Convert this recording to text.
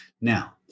Now